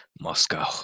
Moscow